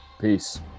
Peace